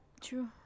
true